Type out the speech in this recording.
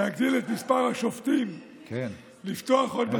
להגדיל את מספר השופטים, לפתוח עוד בתי משפט.